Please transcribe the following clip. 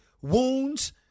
wounds